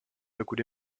dokud